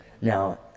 Now